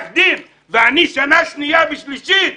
ואני בשנה שנייה ושלישית,